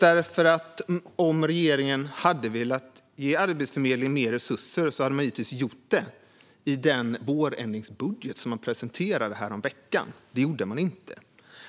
Hade regeringen velat ge Arbetsförmedlingen mer resurser hade man givetvis gjort det i den vårändringsbudget som man presenterade häromveckan. Det gjorde man inte.